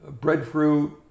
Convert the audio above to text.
breadfruit